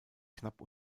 knapp